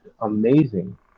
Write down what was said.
amazing